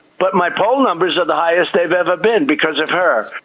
but my poll numbers are the highest they've ever been because of her.